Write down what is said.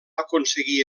aconseguir